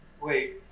Wait